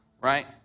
right